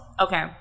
okay